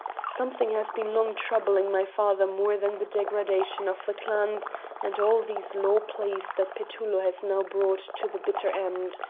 something has been long troubling my father more than the degradation of the clans and all these law pleas that petullo has now brought to the bitter end.